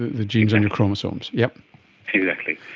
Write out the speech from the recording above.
the genes on your chromosomes. yeah exactly.